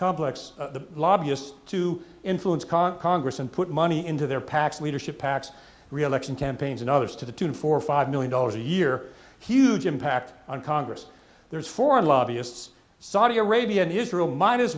complex the lobbyists to influence congress and put money into their pacs leadership pacs reelection campaigns and others to the tune of four five million dollars a year huge impact on congress there's four lobbyists saudi arabia and israel might as